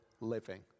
living